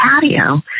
patio